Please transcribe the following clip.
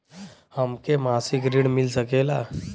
हमके मासिक ऋण मिल सकेला?